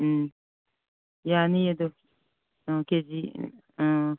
ꯎꯝ ꯌꯥꯅꯤꯌꯦ ꯑꯗꯣ ꯀꯦꯖꯤ ꯑꯥ